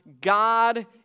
God